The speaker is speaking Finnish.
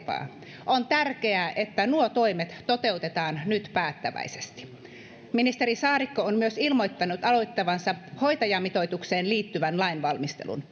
ja hoivaa on tärkeää että nuo toimet toteutetaan nyt päättäväisesti ministeri saarikko on myös ilmoittanut aloittavansa hoitajamitoitukseen liittyvän lainvalmistelun